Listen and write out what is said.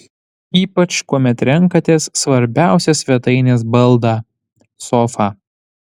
ypač kuomet renkatės svarbiausią svetainės baldą sofą